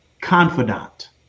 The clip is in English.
confidant